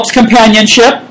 companionship